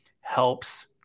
helps